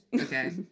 Okay